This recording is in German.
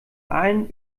allen